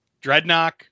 Dreadnought